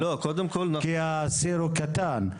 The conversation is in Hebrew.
כי הסיר הוא קטן,